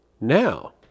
Now